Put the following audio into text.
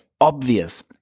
obvious